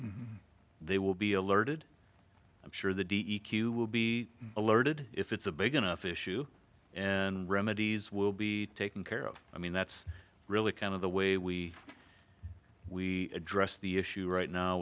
they will be alerted i'm sure the d e q will be alerted if it's a big enough issue and remedies will be taken care of i mean that's really kind of the way we we address the issue right now